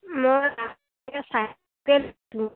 মই চাৰে চাৰিশকৈ লৈছোঁ